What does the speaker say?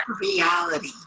Reality